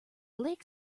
lake